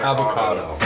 Avocado